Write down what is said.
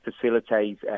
facilitate